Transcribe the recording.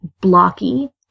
blocky